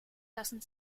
lassen